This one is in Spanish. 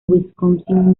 wisconsin